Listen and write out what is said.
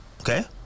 Okay